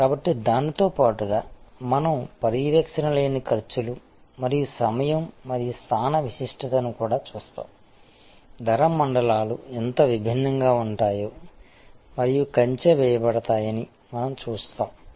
కాబట్టి దీనితో పాటుగా మనం పర్యవేక్షణ లేని ఖర్చులు మరియు సమయం మరియు స్థాన విశిష్టతను కూడా చూస్తాము ధర మండలాలు ఎంత విభిన్నంగా ఉంటాయో మరియు కంచె వేయబడతాయని మనం చూస్తాము